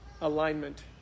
Alignment